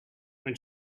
when